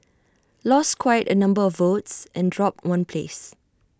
lost quite A number of votes and dropped one place